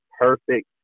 perfect